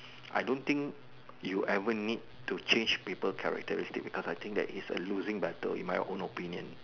I don't think you ever need to change people characteristic because I think that it's a losing Battle in my own opinion